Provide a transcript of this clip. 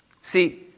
See